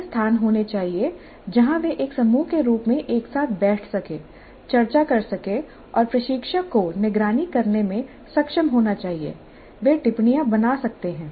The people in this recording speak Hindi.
ऐसे स्थान होने चाहिए जहां वे एक समूह के रूप में एक साथ बैठ सकें चर्चा कर सकें और प्रशिक्षक को निगरानी करने में सक्षम होना चाहिए वे टिप्पणियाँ बना सकते हैं